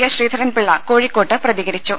S Sreedharan Pillai കോഴിക്കോട്ട് പ്രതികരിച്ചു